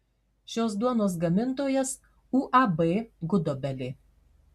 šios duonos gamintojas uab gudobelė